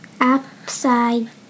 Upside